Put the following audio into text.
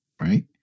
right